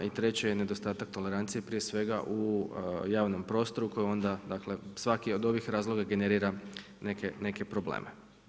I treće nedostatak tolerancije prije svega u javnom prostoru koje onda, dakle svaki od ovih razloga generira neke probleme.